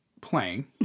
Playing